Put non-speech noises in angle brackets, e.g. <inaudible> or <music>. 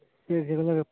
<unintelligible>